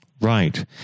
Right